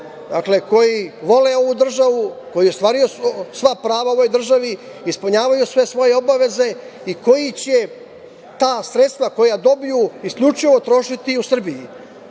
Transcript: Srbije, koji vole ovu državu, koju ostvaruju sva prava u ovoj državi, ispunjavaju sve svoje obaveze i koji će ta sredstva koja dobiju isključivo trošiti u Srbiji. Dakle,